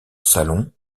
salon